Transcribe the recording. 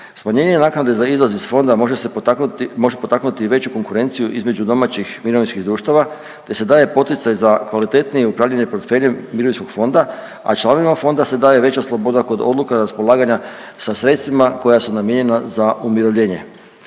Smanjenjem naknade za izlaz iz fonda može se potaknuti, može potaknuti i veću konkurenciju između domaćih mirovinskih društava te se daje poticaj za kvalitetnije upravljanje portfeljem mirovinskog fonda, a članovima fonda se daje veća sloboda kod odluka raspolaganja sa sredstvima koja su namijenjena za umirovljenje.